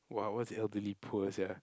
wow what's the elderly poor sia